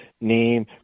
name